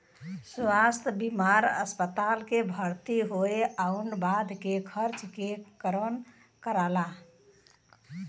स्वास्थ्य बीमा अस्पताल में भर्ती होये आउर बाद के खर्चा के कवर करला